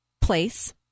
place